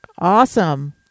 Awesome